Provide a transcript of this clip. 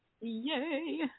yay